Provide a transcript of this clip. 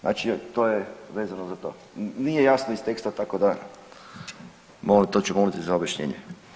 Znači to je vezano za to, nije jasno iz teksta, tako da to ću molit za objašnjenje.